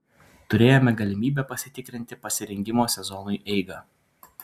turėjome galimybę pasitikrinti pasirengimo sezonui eigą